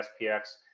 SPX